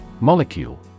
Molecule